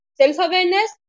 self-awareness